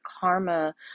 karma